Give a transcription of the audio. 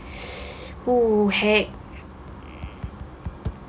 !woo! heck